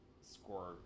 score